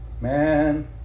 Man